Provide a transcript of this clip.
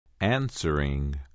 answering